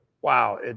wow